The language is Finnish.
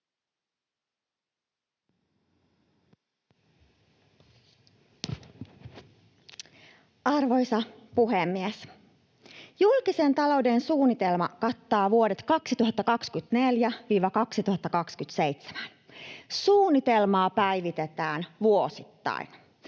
Arvoisa puhemies! Julkisen talouden suunnitelma kattaa vuodet 2024—2027. Suunnitelmaa päivitetään vuosittain.